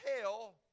hell